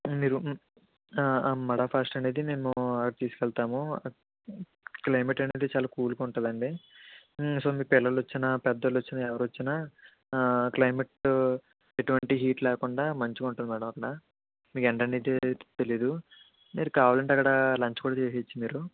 మీరు మడా ఫారెస్ట్ అనేది మేము తీసుకెళ్తాము క్లైమేట్ అనేది చాలా కూల్గా ఉంటుందండి సో మీ పిల్లలొచ్చినా పెద్దొలొచ్చినా ఎవరొచ్చినా క్లైమేట్ ఎటువంటి హీట్ లేకుండా మంచిగా ఉంటుంది మేడం అక్కడ మీకు ఎండనేదే తెలీదు మీరు కావాలంటే అక్కడ లంచ్ కూడా చేసేయొచ్చు మీరు